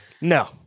No